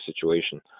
situation